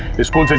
the school.